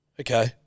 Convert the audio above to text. Okay